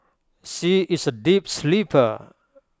she is A deep sleeper